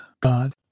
God